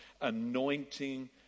anointing